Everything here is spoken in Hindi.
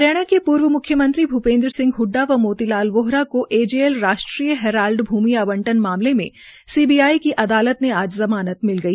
हरियाणा के पूर्व मुख्यमंत्री भूपेन्द्र सिंह सिंह ह्डडा व मोती लाल वोहरा को ऐ जे एल राष्ट्रीय हेराल्ड भूमि आंवटन मामले में सीबीआड् की अदालत से आज ज़मानत मिल गई